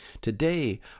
Today